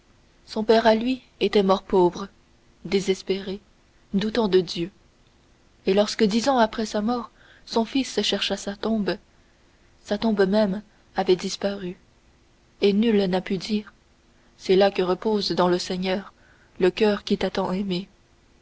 son père à lui était mort pauvre désespéré doutant de dieu et lorsque dix ans après sa mort son fils chercha sa tombe sa tombe même avait disparu et nul n'a pu lui dire c'est là que repose dans le seigneur le coeur qui t'a tant aimé